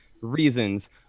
reasons